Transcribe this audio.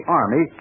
army